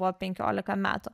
buvo penkiolika metų